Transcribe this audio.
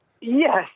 Yes